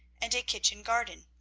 and a kitchen garden.